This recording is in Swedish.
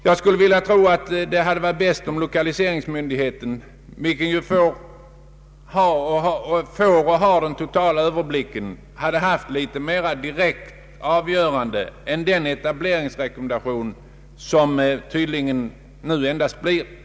Jag skulle tro att det hade varit bäst om lokaliseringsmyndigheten, vilken ju får och har den totala överblicken, hade haft litet mer direkt avgörande än den etableringsrekommendation som tydligen endast blir fallet.